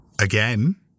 Again